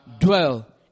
dwell